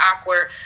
awkward